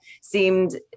seemed